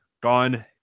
gone